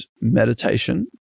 meditation